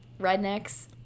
Rednecks